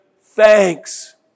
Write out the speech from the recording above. thanks